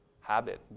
habit